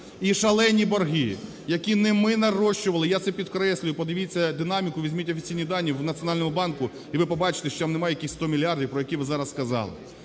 І шалені борги, які не ми нарощували, я це підкреслюю, подивіться динаміку, візьміть офіційні дані в Національному банку, і ви побачите, що там немає 100 мільярдів, про які ви зараз сказали.